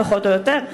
פחות או יותר,